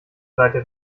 seite